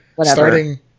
Starting